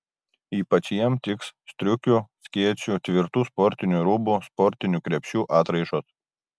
ypač jiems tiks striukių skėčių tvirtų sportinių rūbų sportinių krepšių atraižos